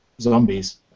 Zombies